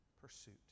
pursuit